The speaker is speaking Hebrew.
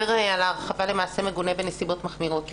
על ההרחבה למעשה מגונה בנסיבות מחמירות.